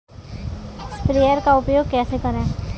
Sprayer का उपयोग कैसे करें?